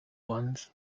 ones